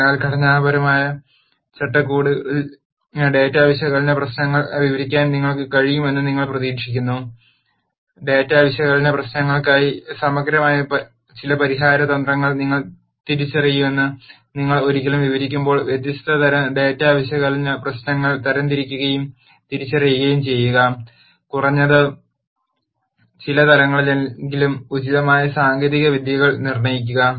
അതിനാൽ ഘടനാപരമായ ചട്ടക്കൂടിൽ ഡാറ്റാ വിശകലന പ്രശ്നങ്ങൾ വിവരിക്കാൻ നിങ്ങൾക്ക് കഴിയുമെന്ന് നിങ്ങൾ പ്രതീക്ഷിക്കുന്നു ഡാറ്റാ വിശകലന പ്രശ് നങ്ങൾ ക്കായി സമഗ്രമായ ചില പരിഹാര തന്ത്രങ്ങൾ നിങ്ങൾ തിരിച്ചറിയുമെന്ന് നിങ്ങൾ ഒരിക്കൽ വിവരിക്കുമ്പോൾ വ്യത്യസ്ത തരം ഡാറ്റാ വിശകലന പ്രശ്നങ്ങൾ തരംതിരിക്കുകയും തിരിച്ചറിയുകയും ചെയ്യുക കുറഞ്ഞത് ചില തലങ്ങളിലെങ്കിലും ഉചിതമായ സാങ്കേതിക വിദ്യകൾ നിർണ്ണയിക്കുക